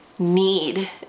need